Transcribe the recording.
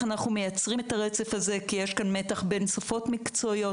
אנחנו מייצרים את הרצף הזה כי יש כאן מתח בין שפות מקצועיות.